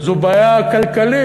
זו גם בעיה סוציאלית, זו בעיה כלכלית,